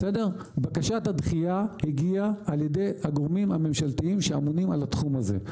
בקשת הדחייה הגיעה על ידי הגורמים הממשלתיים שאמונים על התחום הזה.